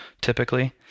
typically